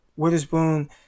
Witherspoon